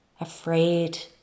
afraid